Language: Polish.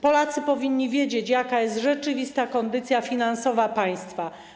Polacy powinni wiedzieć, jaka jest rzeczywista kondycja finansowa państwa.